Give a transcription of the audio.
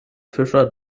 fischer